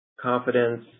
confidence